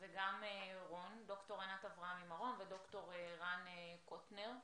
וגם רן, ד"ר ענת אברהמי מרום וד"ר רן קוטנר,